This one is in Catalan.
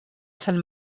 sant